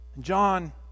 John